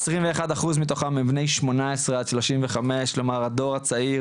21 אחוז מתוכם הם בני 18-35 כלומר הדור הצעיר